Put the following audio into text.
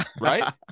Right